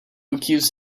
accused